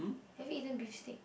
have you eaten beef steak